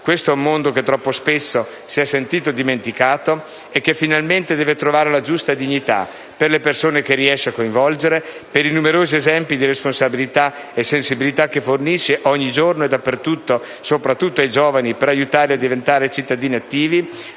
Questo è un mondo che troppo spesso si è sentito dimenticato e che finalmente deve trovare la giusta dignità, per le persone che riesce a coinvolgere, per i numerosi esempi di responsabilità e sensibilità che fornisce, ogni giorno e dappertutto, soprattutto ai giovani, per aiutarli a diventare cittadini attivi,